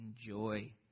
enjoy